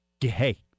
hey